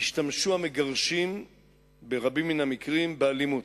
השתמשו המגרשים ברבים מן המקרים באלימות.